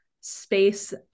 space